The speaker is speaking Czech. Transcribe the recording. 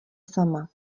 sama